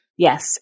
Yes